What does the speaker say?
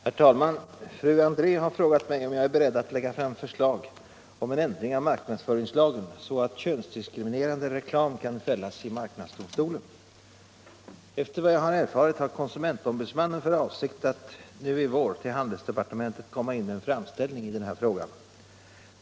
Herr talman! Fru André har frågat mig om jag är beredd att lägga fram förslag om en ändring av marknadsföringslagen, så att könsdiskriminerande reklam kan fällas i marknadsdomstolen. Efter vad jag har erfarit har konsumentombudsmannen för avsikt att nu i vår till handelsdepartementet inkomma med en framställning i den här frågan.